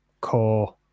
core